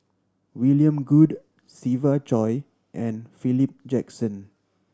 William Goode Siva Choy and Philip Jackson